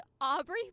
Aubrey